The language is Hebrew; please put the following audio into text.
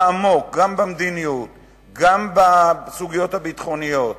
עמוק גם במדיניות וגם בסוגיות הביטחוניות,